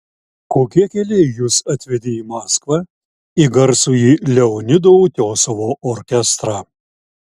kokie keliai jus atvedė į maskvą į garsųjį leonido utiosovo orkestrą